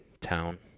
town